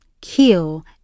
kill